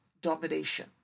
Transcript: domination